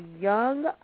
young